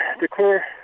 declare